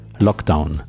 Lockdown